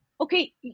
okay